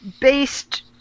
based